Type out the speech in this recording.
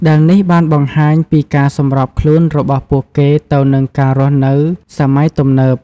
ដែលនេះបានបង្ហាញពីការសម្របខ្លួនរបស់ពួកគេទៅនឹងការរស់នៅសម័យទំនើប។